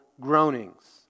groanings